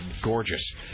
gorgeous